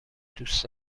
دوست